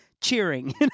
cheering